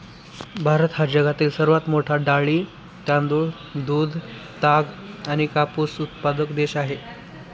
भारत हा जगातील सर्वात मोठा डाळी, तांदूळ, दूध, ताग आणि कापूस उत्पादक देश आहे